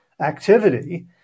activity